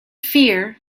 fear